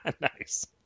Nice